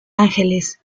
angeles